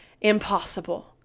impossible